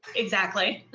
exactly!